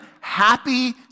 happy